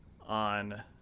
on